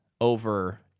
over